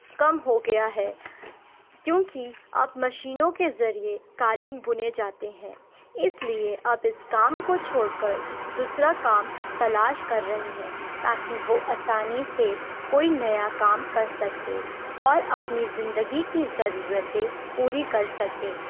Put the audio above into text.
کم ہو گیا ہے کیوںکہ اب مشینوں کے ذریعے قالین بنے جاتے ہیں اس لیے اب اس کام کو چھوڑ کر دوسرا کام تلاش کر رہے ہیں تا کہ وہ آسانی سے کوئی نیا کام کر سکے اور اپنی زندگی کی ضرورتیں پوری کر سکے